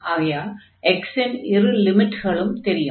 ஆகையால் x இன் இரு லிமிட்களும் தெரியும்